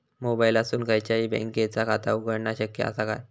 मोबाईलातसून खयच्याई बँकेचा खाता उघडणा शक्य असा काय?